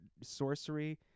sorcery